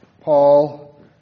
Paul